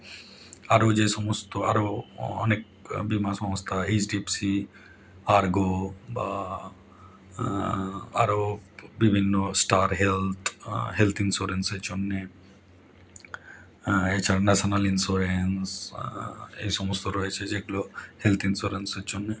আরও যে সমস্ত আরও অনেক বিমা সংস্থা H D F C Ergo বা আরও বিভিন্ন স্টার হেলথ হেলথ ইনসোরেন্সের জন্যে এছাড়া ন্যাশনাল ইনসোরেন্স এই সমস্ত রয়েছে যেগুলো হেলথ ইনসোরেন্সের জন্যে